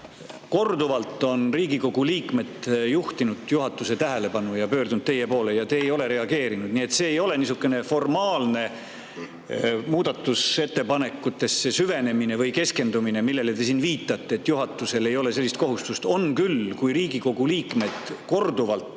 Korduvalt on Riigikogu liikmed juhtinud juhatuse tähelepanu ja pöördunud teie poole, aga te ei ole reageerinud. See ei ole niisugune formaalne muudatusettepanekutesse süvenemine või keskendumine, millele te viitate, et juhatusel ei ole sellist kohustust. On küll! Kui Riigikogu liikmed korduvalt